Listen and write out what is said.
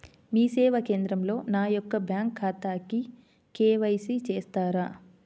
మీ సేవా కేంద్రంలో నా యొక్క బ్యాంకు ఖాతాకి కే.వై.సి చేస్తారా?